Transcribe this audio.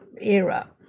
era